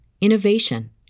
innovation